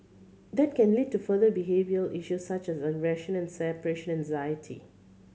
that can lead to further behavioural issues such as aggression and separation anxiety